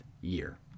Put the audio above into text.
year